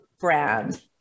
brand